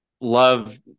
love